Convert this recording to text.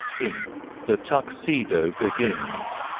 in the tuxedo begins,